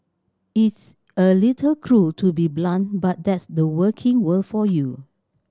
it's a little cruel to be so blunt but that's the working world for you